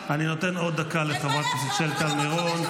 גוטליב.